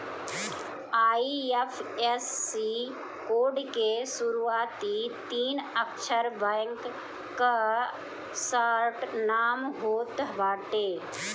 IFSC code के शुरूआती तीन अक्षर बैंक कअ शार्ट नाम होत बाटे